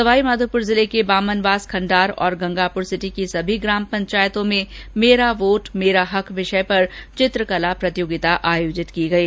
सवाईमाधोपुर जिले के बामनवास खंडार और गंगापुरसिटी की सभी ग्राम पंचायतों में मेरा वोट मेरा हक विषय पर चित्रकला प्रतियोगिता आयोजित की गयी